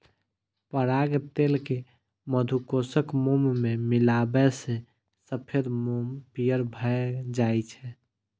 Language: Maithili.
पराग तेल कें मधुकोशक मोम मे मिलाबै सं सफेद मोम पीयर भए जाइ छै